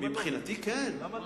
מבחינתי, כן.